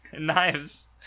knives